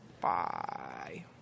Bye